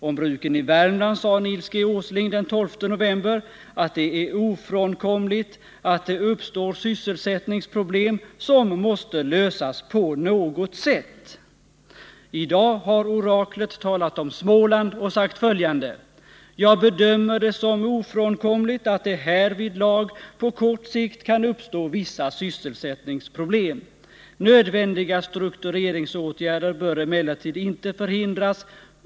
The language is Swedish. Om bruken i Värmland sade Nils G. Åsling den 12 november att det är ”ofrånkomligt att det uppstår sysselsättningsproblem som måste lösas på något sätt”. I dag har oraklet talat om Småland och sagt följande: ”Jag bedömer det som ofrånkomligt att det härvidlag på kort sikt kan uppstå vissa sysselsättningsproblem. Nödvändiga struktureringsåtgärder bör emellertid inte förhindras.